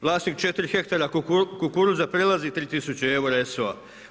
Vlasnik 4 hektara kukuruza prelazi 3 tisuće eura ESO-a.